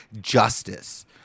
justice